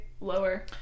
lower